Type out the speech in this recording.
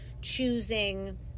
choosing